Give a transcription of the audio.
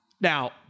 Now